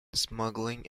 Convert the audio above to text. smuggling